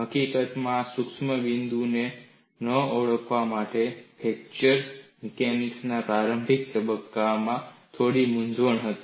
હકીકતમાં આ સૂક્ષ્મ બિંદુને ન ઓળખવા માટે ફ્રેક્ચર મિકેનિક્સ ના પ્રારંભિક તબક્કામાં થોડી મૂંઝવણ હતી